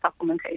supplementation